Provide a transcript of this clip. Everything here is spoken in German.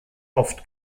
oft